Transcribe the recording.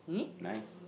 nine